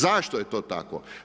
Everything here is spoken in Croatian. Zašto je to tako?